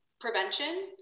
prevention